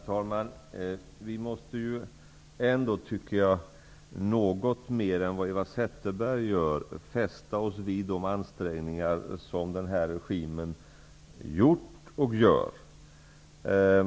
Herr talman! Jag tycker att vi måste ändå något mer än vad Eva Zetterberg gör fästa oss vid de ansträngningar som Aylwinregimen har gjort och gör.